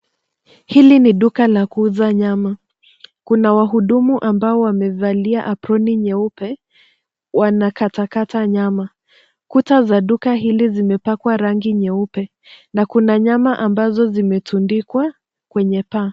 Hili ni duka la kuuza nyama. Kuna wahudumu ambao wamevalia aproni nyeupe wanakatakata nyama. Kuta za duka hili zimepakwa rangi nyeupe na kuna nyama ambazo zimetundikwa kwenye paa.